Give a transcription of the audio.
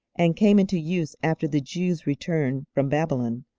and came into use after the jews' return from babylon.